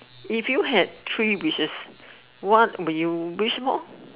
if you had three wishes what would you wish for